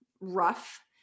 rough